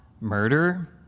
murder